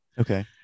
Okay